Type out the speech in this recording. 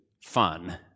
fun